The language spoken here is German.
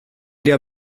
der